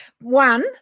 One